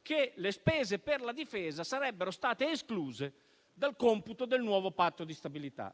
che le spese per la difesa sarebbero state escluse dal computo del nuovo Patto di stabilità.